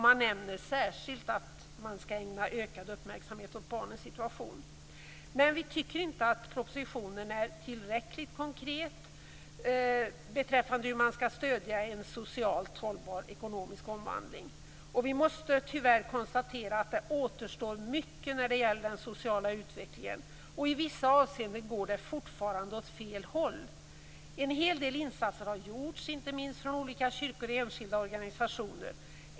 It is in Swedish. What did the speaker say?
Man nämner särskilt att barnens situation skall ägnas ökad uppmärksamhet. Vi tycker inte att propositionen är tillräckligt konkret beträffande hur en socialt hållbar ekonomisk omvandling skall stödjas. Vi måste tyvärr konstatera att det återstår mycket när det gäller den sociala utvecklingen. I vissa avseenden går det fortfarande åt fel håll. En hel del insatser har gjorts, inte minst från olika kyrkor och enskilda organisationer.